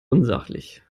unsachlich